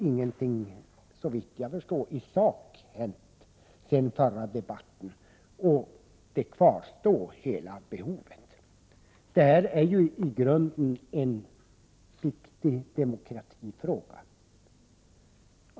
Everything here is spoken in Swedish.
Tyvärr har, såvitt jag förstår, ingenting i sak hänt sedan den förra debatten, utan detta behov av en lösning av problemet kvarstår. I grunden är detta en viktig demokratifråga.